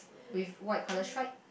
with white colour stripe